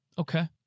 okay